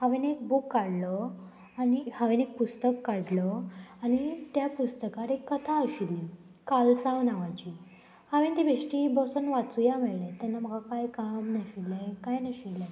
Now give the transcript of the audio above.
हांवेन एक बूक काडलो आनी हांवेन एक पुस्तक काडलो आनी त्या पुस्तकां एक कथा आशिल्ली कालसाव नांवाची हांवेन ती बेश्टी बसोन वाचूया मेळ्ळें तेन्ना म्हाका कांय काम नाशिल्लें कांय नाशिल्लें